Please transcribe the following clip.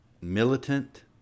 militant